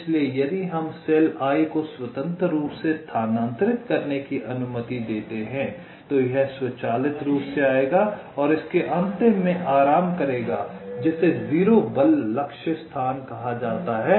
इसलिए यदि हम सेल i को स्वतंत्र रूप से स्थानांतरित करने की अनुमति देते हैं तो यह स्वचालित रूप से आएगा और इसके अंतिम में आराम करेगा जिसे 0 बल लक्ष्य स्थान कहा जाता है